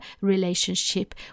relationship